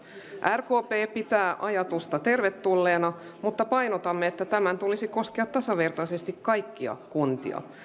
rkp pitää ajatusta tervetulleena mutta painotamme että tämän tulisi koskea tasavertaisesti kaikkia kuntia